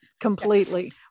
completely